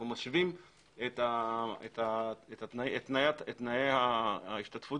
כלומר אנחנו משווים את תנאי ההשתתפות